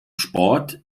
sport